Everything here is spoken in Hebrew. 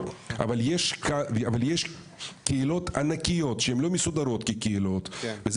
אבל יש קהילות ענקיות שהם לא מסודרות כקהילות וזה